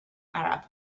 arab